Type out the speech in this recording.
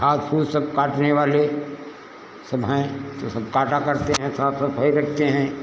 घास फुस सब काटने वाले सब हैं तो सब काटा करते हैं साफ सफाई करते हैं